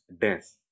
death